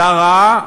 שר ה-?